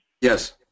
Yes